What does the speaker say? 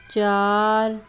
ਚਾਰ